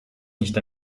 nicht